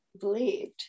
believed